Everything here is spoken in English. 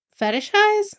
Fetishize